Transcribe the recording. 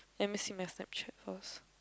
let me see my Snapchat first